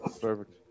Perfect